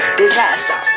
disaster